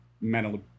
mentally